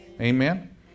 Amen